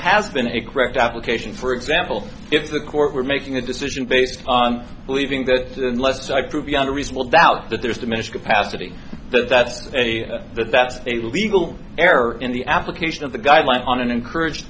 has been a great application for example if the court were making a decision based on believing that unless i prove beyond a reasonable doubt that there is diminished capacity that's that that's a legal error in the application of the guidelines on an encouraged